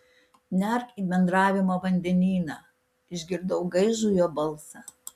nerk į bendravimo vandenyną išgirdau gaižų jo balsą